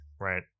Right